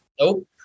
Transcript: Nope